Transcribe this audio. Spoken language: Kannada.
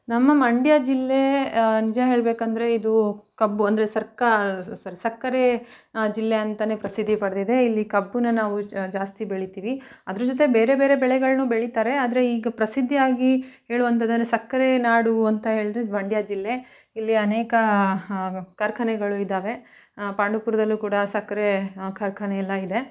ನಮ್ಮ ಮಂಡ್ಯ ಜಿಲ್ಲೇ ನಿಜ ಹೇಳ್ಬೇಕಂದ್ರೆ ಇದು ಕಬ್ಬು ಅಂದರೆ ಸರ್ಕಾ ಸಕ್ಕರೆ ಜಿಲ್ಲೆ ಅಂತಲೇ ಪ್ರಸಿದ್ಧಿ ಪಡೆದಿದೆ ಇಲ್ಲಿ ಕಬ್ಬನ್ನ ನಾವು ಜಾಸ್ತಿ ಬೆಳಿತೀವಿ ಅದ್ರ ಜೊತೆ ಬೇರೆ ಬೇರೆ ಬೆಳೆಗಳನ್ನೂ ಬೆಳಿತಾರೆ ಆದರೆ ಈಗ ಪ್ರಸಿದ್ಧಿಯಾಗಿ ಹೇಳುವಂತದೆಂದ್ರೆ ಸಕ್ಕರೆ ನಾಡು ಅಂತ ಹೇಳಿದ್ರೆ ಇದು ಮಂಡ್ಯ ಜಿಲ್ಲೆ ಇಲ್ಲಿ ಅನೇಕ ಕಾರ್ಖಾನೆಗಳು ಇದ್ದಾವೆ ಪಾಂಡುಪುರದಲ್ಲೂ ಕೂಡ ಸಕ್ಕರೆ ಕಾರ್ಖಾನೆ ಎಲ್ಲ ಇದೆ